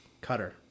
cutter